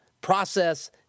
process